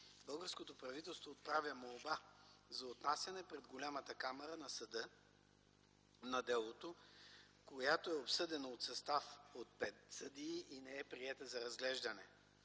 Българското правителство отправя молба за отнасяне пред Голямата камара на Съда на делото, която е обсъдена от състав от 5 съдии и не е приета за разглеждане.